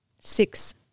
Six